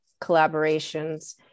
collaborations